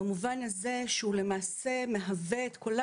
במובן הזה שהוא למעשה מהווה את קולם